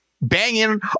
banging